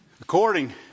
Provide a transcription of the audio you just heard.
According